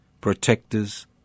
Protectors